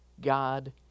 God